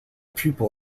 pupil